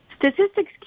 Statistics